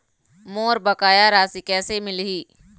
मोर बकाया राशि कैसे मिलही?